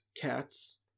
cats